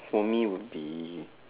for me would be